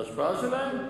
ההשפעה שלהם?